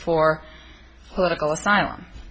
for political asylum